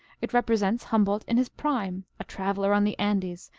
it represents humboldt in his prime, a traveler on the andes,